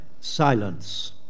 silence